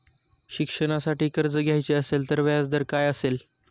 शिक्षणासाठी कर्ज घ्यायचे असेल तर व्याजदर काय असेल?